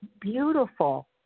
beautiful